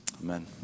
Amen